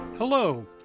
Hello